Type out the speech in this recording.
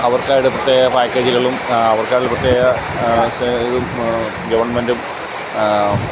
അവർക്കായിട്ട് പ്രത്യേക പാക്കേജുകളും അവർക്കായിട്ടുള്ള പ്രത്യേക ഇതും ഗവൺമെൻ്റും